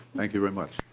thank you very much.